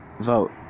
Vote